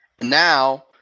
Now